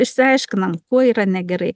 išsiaiškinam kuo yra negerai